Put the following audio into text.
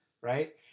right